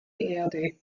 erde